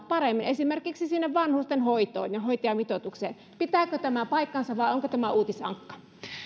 paremmin esimerkiksi sinne vanhustenhoitoon ja hoitajamitoitukseen pitääkö tämä paikkansa vai onko tämä uutisankka